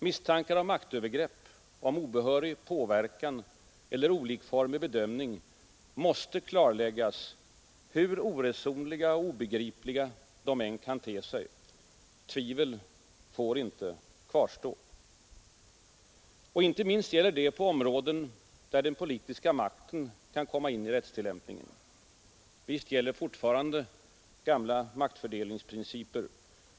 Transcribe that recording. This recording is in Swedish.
Misstankar om maktövergrepp, om obehörig påverkan eller olikformig bedömning måste klarläggas, hur oresonliga och obegripliga de än kan te sig. Tvivel får inte kvarstå. Inte minst gäller detta på områden där den politiska makten kan komma in i rättstillämpningen. Visst gäller fortfarande gamla maktfördelningsprinciper.